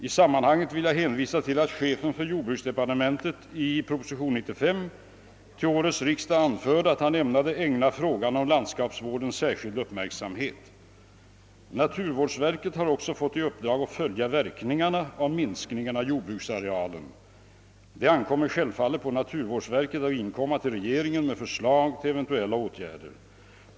I sammanhanget vill jag hänvisa till att chefen för jordbruksdepartementet i proposition nr 95 till årets riksdag anförde att han ämnade ägna frågan om landskapsvården särskild uppmärksamhet. Naturvårdsverket har också fått i uppdrag att följa verkningarna av minskningen av jordbruksarealen. Det ankommer självfallet på naturvårdsverket att inkomma till regeringen med förslag till eventuella åtgärder.